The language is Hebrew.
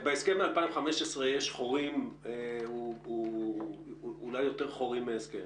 בהסכם מ-2015 יש חורים, אולי יותר חורים מהסכם.